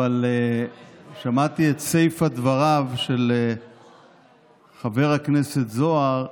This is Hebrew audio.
אבל שמעתי את סיפת דבריו של חבר הכנסת זוהר,